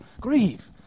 grieve